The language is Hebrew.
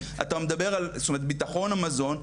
אתה מדבר על ביטחון המזון,